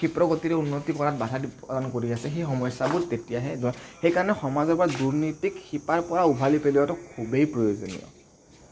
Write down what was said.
ক্ষিপ্ৰ গতিৰে উন্নতি কৰাত বাধা প্ৰদান কৰি আছে সেই সমস্যাবোৰ তেতিয়াহে সেইকাৰণে সমাজৰ পৰা দুৰ্নীতিক শিপাৰ পৰা উভালি পেলোৱাতো খুবেই প্ৰয়োজনীয়